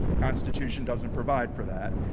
constitution doesn't provide for that.